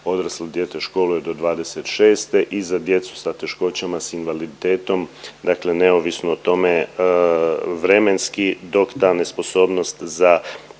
odraslo dijete školuje do 26 i za djecu sa teškoćama, s invaliditetom dakle neovisno o tome vremenski dok ta nesposobnost za